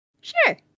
Sure